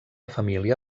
família